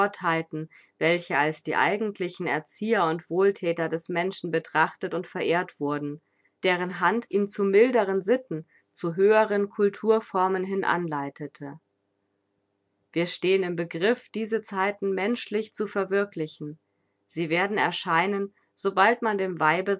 gottheiten welche als die eigentlichen erzieher und wohlthäter des menschen betrachtet und verehrt wurden deren hand ihn zu milderen sitten zu höheren kulturformen hinanleitete wir stehen im begriff diese zeiten menschlich zu verwirklichen sie werden erscheinen sobald man dem